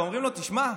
ואומרים לו: תשמע,